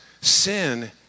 sin